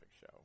show